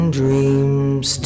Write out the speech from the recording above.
dreams